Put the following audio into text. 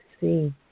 see